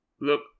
Look